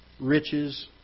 riches